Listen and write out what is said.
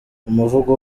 umuvugo